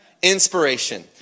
Inspiration